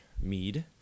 mead